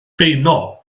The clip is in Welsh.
beuno